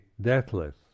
deathless